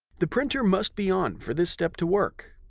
the printer must be on for this step to work.